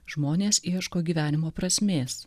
žmonės ieško gyvenimo prasmės